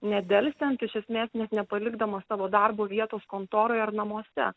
nedelsiant iš esmės net nepalikdamas savo darbo vietos kontoroje ar namuose